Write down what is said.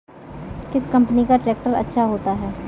किस कंपनी का ट्रैक्टर अच्छा होता है?